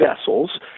vessels